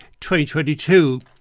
2022